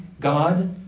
God